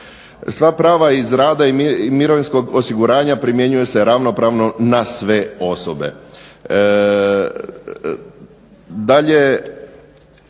Sva prava iz rada i mirovinskog osiguranja primjenjuju se ravnopravno na sve osobe.